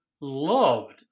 loved